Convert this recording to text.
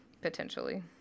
Potentially